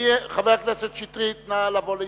חבר הכנסת שטרית, נא לבוא להתנגד.